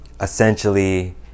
essentially